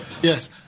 Yes